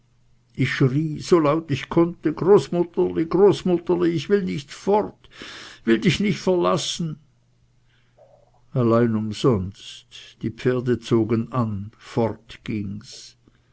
so laut ich konnte großmuetterli großmuetterli ich will nicht fort will dich nicht verlassen allein umsonst die pferde zogen an